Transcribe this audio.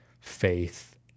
faith